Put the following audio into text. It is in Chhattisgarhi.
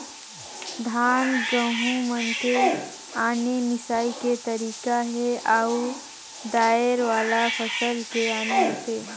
धान, गहूँ मन के आने मिंसई के तरीका हे अउ दायर वाला फसल के आने होथे